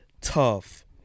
tough